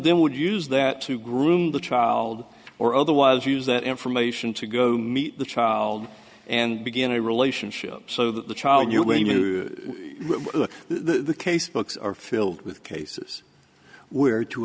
then would use that to groom the child or otherwise use that information to go meet the child and begin a relationship so that the child you when you the case books are filled with cases where to